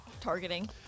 Targeting